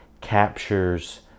captures